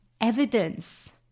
evidence